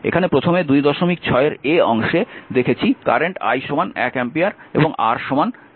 এখানে প্রথমে 26 অংশে দেখেছি কারেন্ট i 1 অ্যাম্পিয়ার এবং R 8 Ω